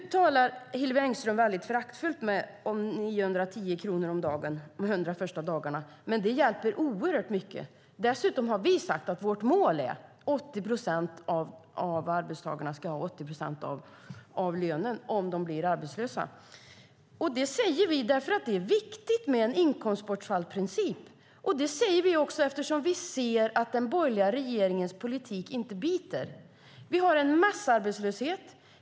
Nu talar Hillevi Engström föraktfullt om 910 kronor om dagen de 100 första dagarna. Men det hjälper oerhört mycket. Dessutom har vi sagt att vårt mål är att 80 procent av arbetstagarna ska ha 80 procent av lönen om de blir arbetslösa. Detta säger vi därför att det är viktigt med en inkomstbortfallsprincip. Vi säger det också eftersom vi ser att den borgerliga regeringens politik inte biter. Vi har en massarbetslöshet.